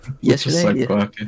yesterday